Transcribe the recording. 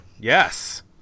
Yes